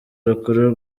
rukuru